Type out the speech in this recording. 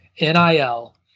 NIL